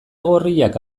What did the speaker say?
gorriak